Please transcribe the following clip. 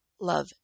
love